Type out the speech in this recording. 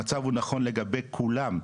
המצב הוא נכון לגבי כולם,